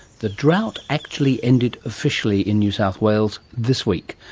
the drought actually ended officially in new south wales this week,